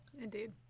Indeed